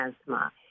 asthma